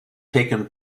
taken